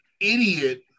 idiot